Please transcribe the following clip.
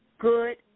good